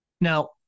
Now